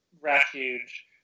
refuge